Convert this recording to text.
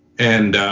and